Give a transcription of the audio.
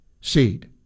seed